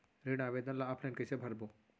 ऋण आवेदन ल ऑफलाइन कइसे भरबो?